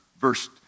verse